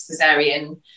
cesarean